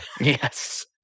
Yes